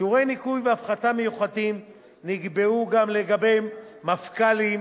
שיעורי ניכוי והפחתה מיוחדים נקבעו גם לגבי מפכ"לים